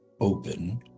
open